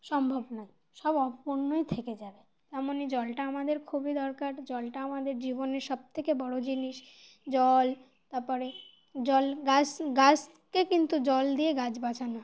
সম্ভব নয় সব অপূর্ণই থেকে যাবে তেমনই জলটা আমাদের খুবই দরকার জলটা আমাদের জীবনের সবথেকে বড়ো জিনিস জল তারপরে জল গাছ গাছকে কিন্তু জল দিয়ে গাছ বাঁচানো